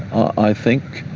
i think